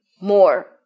more